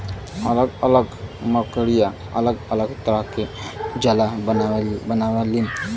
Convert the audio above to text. अलग अलग मकड़िया अलग अलग तरह के जाला बनावलीन